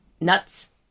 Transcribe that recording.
Nuts